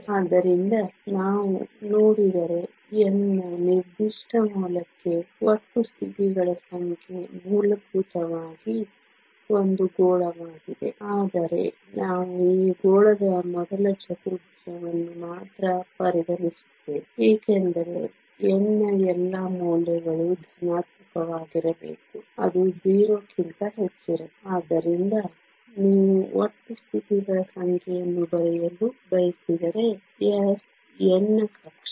ಆದ್ದರಿಂದ ನಾವು ನೋಡಿದರೆ n ನ ನಿರ್ದಿಷ್ಟ ಮೌಲ್ಯಕ್ಕೆ ಒಟ್ಟು ಸ್ಥಿತಿಗಳ ಸಂಖ್ಯೆ ಮೂಲಭೂತವಾಗಿ ಒಂದು ಗೋಳವಾಗಿದೆ ಆದರೆ ನಾವು ಈ ಗೋಳದ ಮೊದಲ ಚತುರ್ಭುಜವನ್ನು ಮಾತ್ರ ಪರಿಗಣಿಸುತ್ತೇವೆ ಏಕೆಂದರೆ n ನ ಎಲ್ಲಾ ಮೌಲ್ಯಗಳು ಧನಾತ್ಮಕವಾಗಿರಬೇಕು ಅದು 0 ಕ್ಕಿಂತ ಹೆಚ್ಚಿರಬೇಕು ಆದ್ದರಿಂದ ನೀವು ಒಟ್ಟು ಸ್ಥಿತಿಗಳ ಸಂಖ್ಯೆಯನ್ನು ಬರೆಯಲು ಬಯಸಿದರೆ s n ನ ಕಕ್ಷೆ